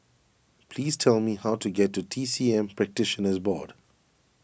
please tell me how to get to T C M Practitioners Board